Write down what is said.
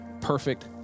perfect